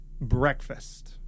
breakfast